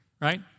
Right